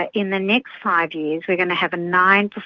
ah in the next five years, we're going to have a nine.